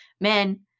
men